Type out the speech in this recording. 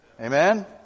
Amen